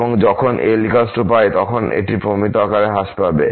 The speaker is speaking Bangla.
এবং যখন Lπ তখন এটি প্রমিত আকারে হ্রাস পাবে